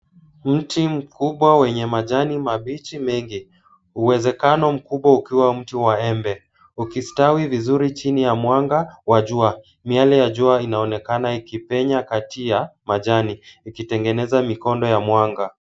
Mti kubwa wenye majani mabichi mengi. Uwezekano mkubwa ukiwa mti wa embe. Ukistawi vizuri chini ya mwanga wa jua, miale ya jua inaonekana ikipenya kati ya majani, ikitengeneza mikondo ya mwanga.